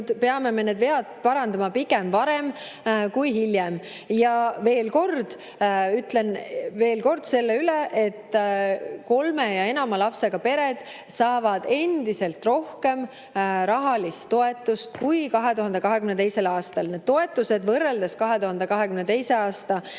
peame me need vead parandama pigem varem kui hiljem. Ja ütlen veel kord selle üle, et kolme ja enama lapsega pered saavad endiselt rohkem rahalist toetust kui 2022. aastal. Need toetused võrreldes 2022. aasta